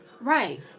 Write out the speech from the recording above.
Right